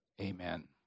Amen